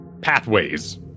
pathways